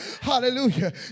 Hallelujah